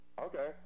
Okay